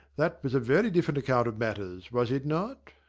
that was a very different account of matters, was it not?